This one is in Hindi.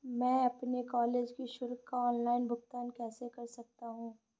मैं अपने कॉलेज की शुल्क का ऑनलाइन भुगतान कैसे कर सकता हूँ?